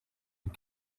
and